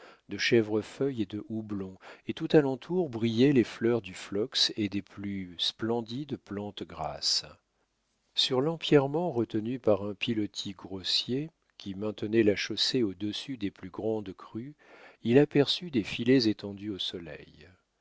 de chèvrefeuille et de houblon et tout alentour brillaient les fleurs du flox et des plus splendides plantes grasses sur l'empierrement retenu par un pilotis grossier qui maintenait la chaussée au-dessus des plus grandes crues il aperçut des filets étendus au soleil